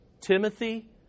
Timothy